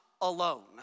alone